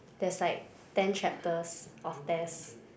there's like ten chapters of test